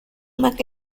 mark